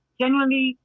genuinely